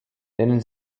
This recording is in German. nennen